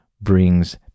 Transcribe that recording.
brings